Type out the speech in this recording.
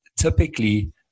Typically